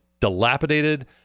dilapidated